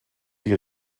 die